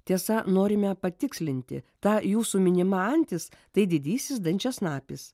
tiesa norime patikslinti ta jūsų minima antis tai didysis dančiasnapis